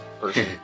person